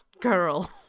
girl